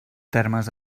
termes